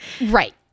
Right